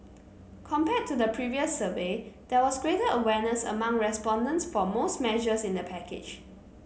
compared to the previous survey there was greater awareness among respondents for most measures in the package